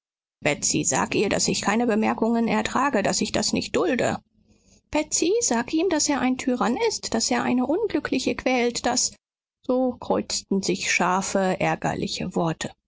sage ihr daß ich keine bemerkungen ertrage daß ich das nicht dulde betsy sage ihm daß er ein tyrann ist daß er eine unglückliche quält daß so kreuzten sich scharfe ärgerliche worte